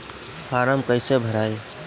Form कईसे भराई?